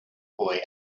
boy